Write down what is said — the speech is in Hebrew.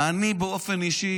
אני באופן אישי